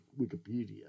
Wikipedia